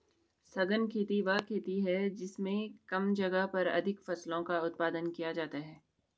सघन खेती वह खेती है जिसमें कम जगह पर अधिक फसलों का उत्पादन किया जाता है